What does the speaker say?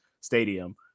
stadium